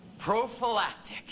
Prophylactic